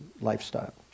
lifestyle